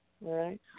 right